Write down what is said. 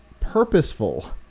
purposeful